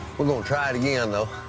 try it again, though.